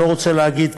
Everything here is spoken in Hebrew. אני לא רוצה להגיד,